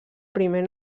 primer